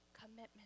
commitment